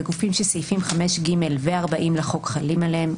בגופים שסעיפים 5(ג) ו-40 לחוק חלים עליהם,